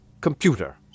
Computer